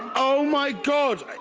oh my god.